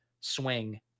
swing